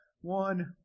one